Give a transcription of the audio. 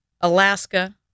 Alaska